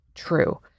true